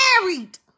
married